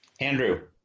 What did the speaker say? andrew